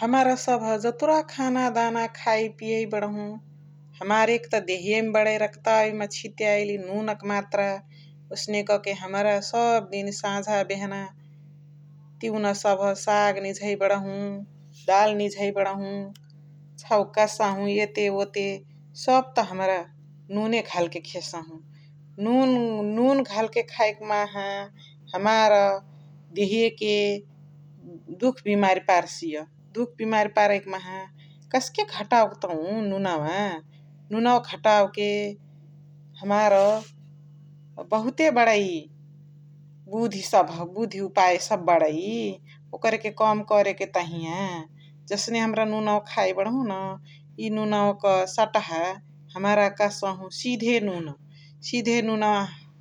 हमरा सभ जतुरा खाना दाना खाइ पियइ बडहु हमार एक त देहियइ मा बडइ रग्ताइ मा चिताइली नुना क मात्रा ओसने क के हमरा सब दिन साझाअ बेहना तिउन सभ साग निझइ बडहु, दाल बडहु, छौकसहु एते वोते तब त हमरा नुने घल के खेसहु । नुन नुन घल के खैके माअहा हमार देहिय के दुख बिमारी पर्सिय । दुख बिमारी परइ कि माहा कस्के घटौ के तौ नुनवा । नुनवा घटौ के हमार बहुते बरइ बुधी सभ बुधी उपाय सभ बणै ओकरा के कम करा के तहिया जसने हमरा नुनवा खाइ बणहु न इ नुनवा क सटहा हमरा कहसहु सिधे नुना । सिधे नुनवा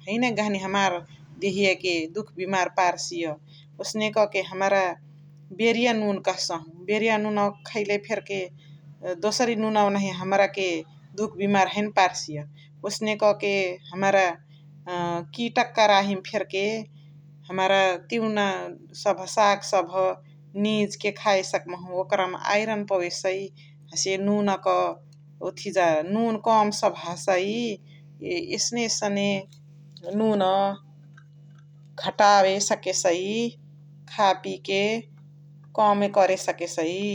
हैने बगनी हमार देहिया के हैने दुख बिमारी पेरिसइया । ओसने कह के हमरा बेरिया नुन कहसहु । बेरिया नुनवा खैले फेर्के दोसारी नुनवा नहिया हमरा के दुख बिमारी हैने पार्सिया । ओसने क के हमरा किट क कराहिया फेर्के हमरा तिउना सभ साग सभ निझ के खाइ सकबहु ओकर मा आइरन पवेसइ हसे नुना क ओथिजा नुन कम सभ हसइ । एसने एसने नुना घटावे सके सइ खापी के कमे करे सके सइ ।